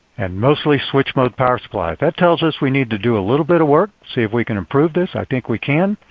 and mostly switch mode power supply. that tells us we need to do a little bit of work. see if we can improve this. i think we can.